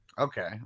Okay